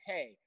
Hey